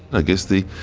i guess the.